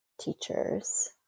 teachers